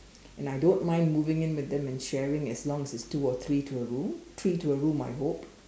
and I don't mind moving in with them and sharing as long as it is two or three to a room three to a room I hope